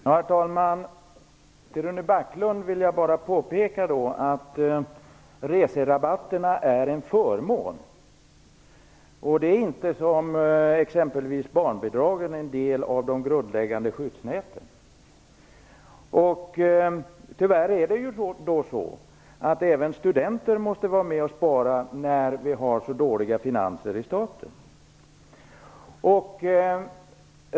Herr talman! För Rune Backlund vill jag bara påpeka att reserabatterna är en förmån. De är inte, som exempelvis barnbidragen, en del av det grundläggande skyddsnätet. Tyvärr är det så, att även studenter måste vara med och spara när staten har så dåliga finanser.